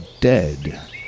dead